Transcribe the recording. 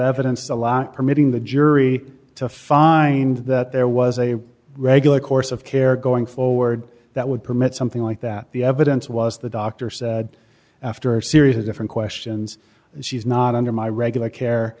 evidence a lot permitting the jury to find that there was a regular course of care going forward that would permit something like that the evidence was the doctor said after a series of different questions and she's not under my regular care